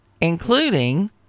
including